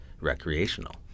recreational